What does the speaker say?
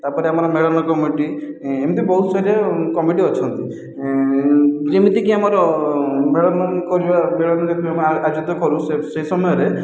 ତା'ପରେ ଆମର ମେଲଣ କମିଟି ଏମିତି ବହୁତ ସାରା କମିଟି ଅଛନ୍ତି ଯେମିତିକି ଆମର ମେଳଣ କରିବା ମେଳଣ ଯେତେବେଳେ ଆମେ ଆୟୋଜିତ କରୁ ସେ ସମୟରେ